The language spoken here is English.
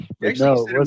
No